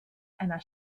einer